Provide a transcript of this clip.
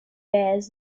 bears